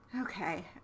Okay